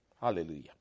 Hallelujah